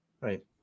Right